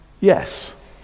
yes